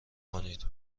کنید